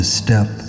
step